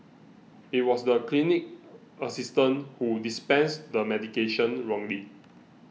it was the clinic assistant who dispensed the medication wrongly